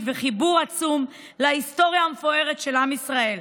וחיבור עצום להיסטוריה המפוארת של עם ישראל.